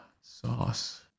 sauce